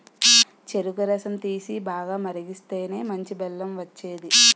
చెరుకు రసం తీసి, బాగా మరిగిస్తేనే మంచి బెల్లం వచ్చేది